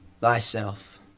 Thyself